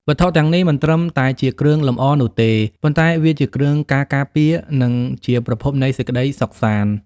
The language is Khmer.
វត្ថុទាំងនេះមិនត្រឹមតែជាគ្រឿងលម្អនោះទេ ប៉ុន្តែវាជាគ្រឿងការការពារ និងជាប្រភពនៃសេចក្ដីសុខសាន្ត។